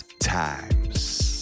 Times